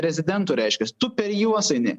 rezidentų reiškias tu per juos eini